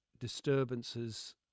disturbances